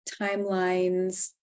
Timelines